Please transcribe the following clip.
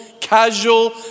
casual